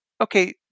okay